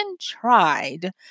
tried